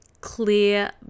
clear